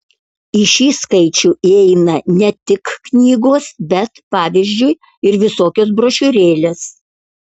į šį skaičių įeina ne tik knygos bet pavyzdžiui ir visokios brošiūrėlės